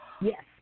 Yes